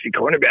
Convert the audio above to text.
cornerback